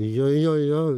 jo jo jo